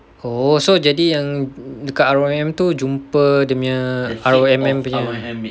oh so jadi yang dekat R_O_M tu jumpa dia punya R_O_M_M punya